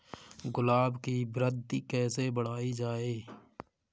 गुलाब की वृद्धि कैसे बढ़ाई जाए?